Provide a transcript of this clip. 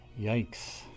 yikes